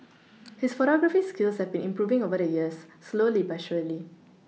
his photography skills have been improving over the years slowly but surely